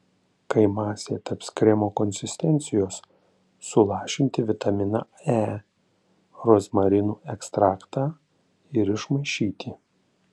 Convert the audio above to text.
kai masė taps kremo konsistencijos sulašinti vitaminą e rozmarinų ekstraktą ir išmaišyti